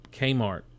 Kmart